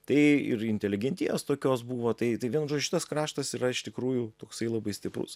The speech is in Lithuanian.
tai ir inteligentijos tokios buvo tai tai vienu žodžiu šitas kraštas yra iš tikrųjų toksai labai stiprus